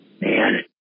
man